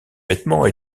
vêtements